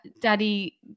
daddy